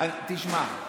תשמע,